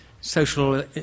social